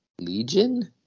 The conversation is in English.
Legion